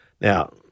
now